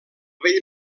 vell